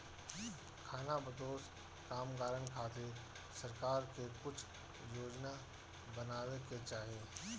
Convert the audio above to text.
खानाबदोश कामगारन खातिर सरकार के कुछ योजना बनावे के चाही